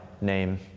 name